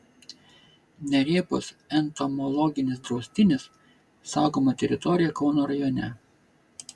nerėpos entomologinis draustinis saugoma teritorija kauno rajone